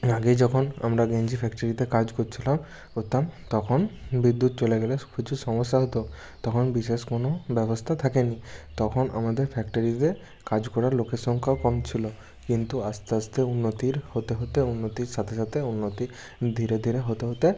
আগে যখন আমরা গেঞ্জি ফ্যাক্টরিতে কাজ কচ্ছিলাম করতাম তখন বিদ্যুৎ চলে গেলে প্রচুর সমস্যা হতো তখন বিশেষ কোনো ব্যবস্থা থাকে নি তখন আমাদের ফ্যাক্টরিতে কাজ করার লোকের সংখ্যাও কম ছিলো কিন্তু আস্তে আস্তে উন্নতির হতে হতে উন্নতির সাথে সাথে উন্নতির ধীরে ধীরে হতে হতে